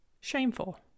shameful